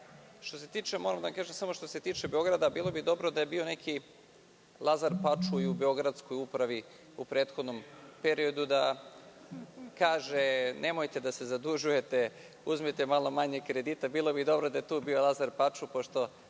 u zakonu. Moram da vam kažem, što se tiče Beograda da bi bilo dobro da je bio neki Lazar Pačuj i u beogradskoj upravi u prethodnom periodu da kaže – nemojte da se zadužujete, uzmite malo manje kredita. Bilo bi dobro da je tu bio Lazar Pačuj, pošto